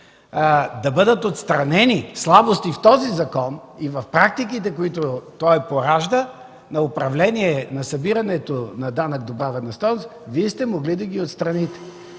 да бъдат отстранени слабости в този закон и в практиките, които той поражда, на управление, на събирането на данък добавена стойност, Вие сте могли да ги отстраните.